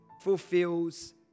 fulfills